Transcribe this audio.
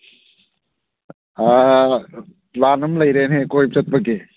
ꯑꯥ plan ꯑꯃ ꯂꯩꯔꯦꯅꯦ ꯀꯣꯏꯕ ꯆꯠꯄꯒꯤ